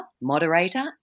moderator